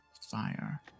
fire